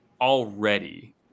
already